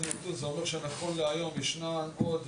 ונכון לעכשיו עוד 11 מועצות אזוריות.